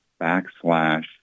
backslash